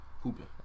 Hooping